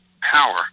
power